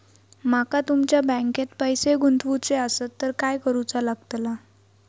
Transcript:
माका तुमच्या बँकेत पैसे गुंतवूचे आसत तर काय कारुचा लगतला?